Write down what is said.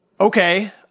Okay